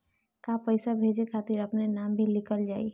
का पैसा भेजे खातिर अपने नाम भी लिकल जाइ?